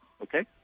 Okay